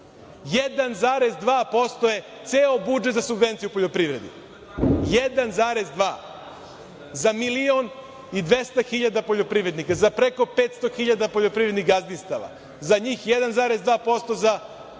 1,2% je ceo budžet za subvencije u poljoprivredi, 1,2, za milion i 200 hiljada poljoprivrednika, za preko 500.000 poljoprivrednih gazdinstava. Za njih 1,2% za podsticaj